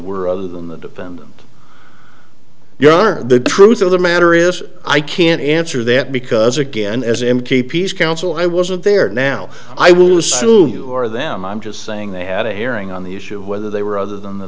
were other than the defendant your the truth of the matter is i can't answer that because again as m p peace council i wasn't there now i will assume you are them i'm just saying they had a hearing on the issue of whether they were other than the